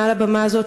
מעל הבמה הזאת,